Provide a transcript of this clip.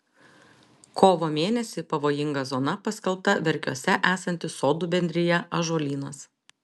kovo mėnesį pavojinga zona paskelbta verkiuose esanti sodų bendrija ąžuolynas